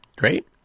Great